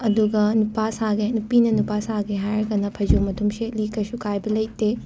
ꯑꯗꯨꯒ ꯅꯨꯄꯥ ꯁꯥꯒꯦ ꯅꯨꯄꯤꯅ ꯅꯨꯄꯥ ꯁꯥꯒꯦ ꯍꯥꯏꯔꯒꯅ ꯐꯩꯖꯣꯝ ꯑꯗꯨꯝ ꯁꯦꯠꯂꯤ ꯀꯩꯁꯨ ꯀꯥꯏꯕ ꯂꯩꯇꯦ